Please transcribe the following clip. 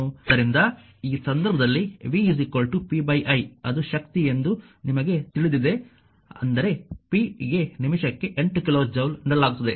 ಆದ್ದರಿಂದ ಈ ಸಂದರ್ಭದಲ್ಲಿ v p i ಅದು ಶಕ್ತಿ ಎಂದು ನಿಮಗೆ ತಿಳಿದಿದೆ ಅಂದರೆ p ಗೆ ನಿಮಿಷಕ್ಕೆ 8 ಕಿಲೋ ಜೌಲ್ ನೀಡಲಾಗುತ್ತದೆ